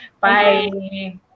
Bye